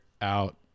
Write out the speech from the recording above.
out